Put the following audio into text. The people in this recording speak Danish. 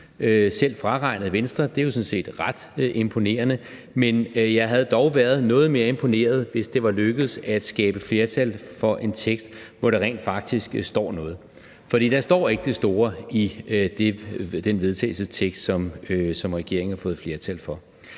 selv fraregnet Venstre. Det er jo sådan set ret imponerende, men jeg havde dog været noget mere imponeret, hvis det var lykkedes at skabe flertal for en tekst, hvori der rent faktisk står noget. For der står ikke det store i det forslag til vedtagelse, som regeringen har fået flertal for.